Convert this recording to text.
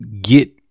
Get